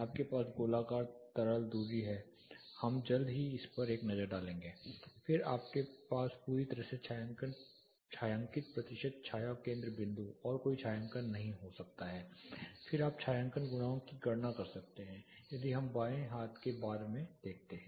आपके पास गोलाकार तरल दूरी है हम जल्द ही इस पर एक नज़र डालेंगे फिर आपके पास पूरी तरह से छायांकित प्रतिशत छाया केंद्र बिंदु और कोई छायांकन नहीं हो सकता है फिर आप छायांकन गुणांक की गणना कर सकते हैं यही हम बाएं हाथ के बार में देखते हैं